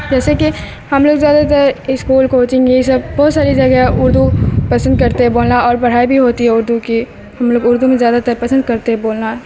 جیسے کہ ہم لوگ زیادہ تر اسکول کوچنگ یہ سب بہت ساری جگہیں اردو پسند کرتے ہیں بولنا اور پڑھائی بھی ہوتی ہے اردو کی ہم لوگ اردو میں زیادہ تر پسند کرتے ہیں بولنا